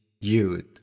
youth